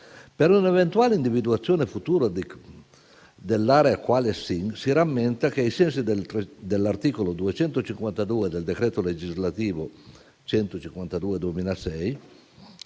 Per un'eventuale individuazione futura dell'area quale SIN si rammenta che, ai sensi dell'articolo 252 del decreto legislativo n.